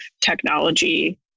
technology